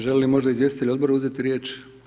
Želi li možda izvjestitelj Odbora uzeti riječ?